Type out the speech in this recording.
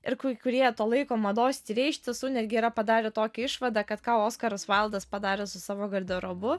ir kai kurie to laiko mados tyrėjai iš tiesų netgi yra padarę tokią išvadą kad ką oskaras vaildas padarė su savo garderobu